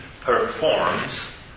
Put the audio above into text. performs